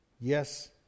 Yes